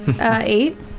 Eight